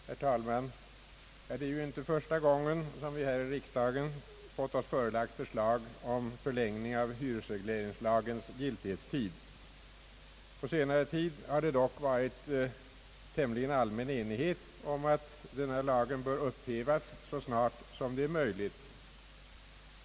Herr talman! Det är inte första gången som vi här i riksdagen fått oss förelagda förslag om förlängning av hyresregleringslagens giltighetstid. På senare tid har det dock varit tämligen allmän enighet om att denna lag bör upphävas så snart som det är möjligt.